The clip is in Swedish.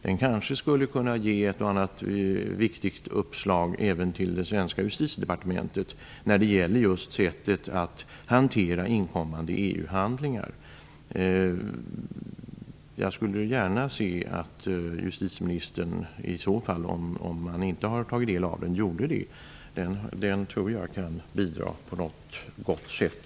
Den kanske skulle kunna ge ett och annat viktigt uppslag även till det svenska justitiedepartementet när det gäller sättet att hantera inkommande EU-handlingar. Jag skulle gärna se att justitieministern i så fall, om hon inte tagit del av den, gjorde det. Den tror jag kan bidra på något gott sätt.